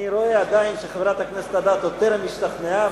אני רואה עדיין שחברת הכנסת אדטו טרם השתכנעה,